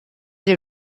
your